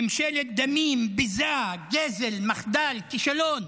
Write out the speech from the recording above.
ממשלת דמים, ביזה, גזל, מחדל, כישלון,